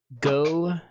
Go